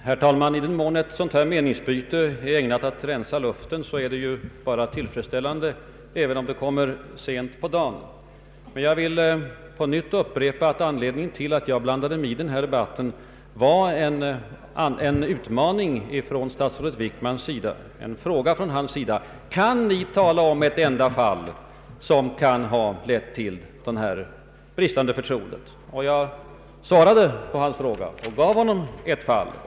Herr talman! I den mån ett sådant här meningsutbyte är ägnat att rensa luften är det tillfredsställande, även om det kommer sent på dagen. Jag vill upprepa att anledningen till att jag blandade mig i debatten var frågan från statsrådet Wickmans sida: Kan ni tala om ett enda fall som lett till bristande förtroende? Jag svarade på hans fråga och nämnde ett fall.